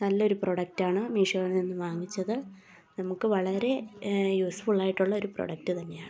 നല്ലൊരു പ്രൊഡക്റ്റ് ആണ് മീഷോയിൽ നിന്ന് വാങ്ങിച്ചത് നമുക്ക് വളരെ യൂസ്ഫുൾ ആയിട്ടുള്ള ഒരു പ്രൊഡക്റ്റ് തന്നെയാണ്